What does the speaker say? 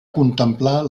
contemplar